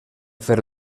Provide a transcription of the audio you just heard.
fer